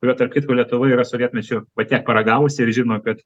kurio tarp kito lietuva yra sovietmečiu va tiek paragavusi ir žino kad